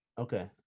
Okay